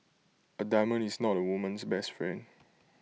A diamond is not A woman's best friend